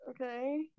okay